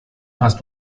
hast